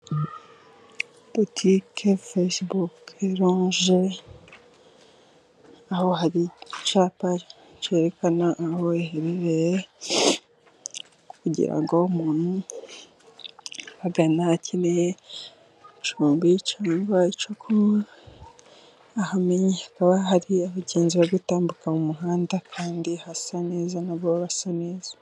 Butike fesibuke runje aho hari icyapa cyerekana aho baherereye, kugira ngo umuntu uhagana akeneye icumbi cyangwa icyo kunwa ahamenye, hakaba hari abagenzi bari gutambuka mu muhanda kandi hasa neza na bo basa neza.